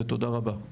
ותודה רבה.